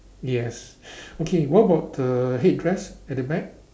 yes okay what about the headdress at the back